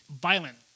violent